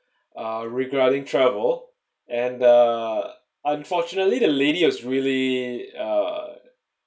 uh regarding travel and uh unfortunately the lady was really uh